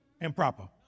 improper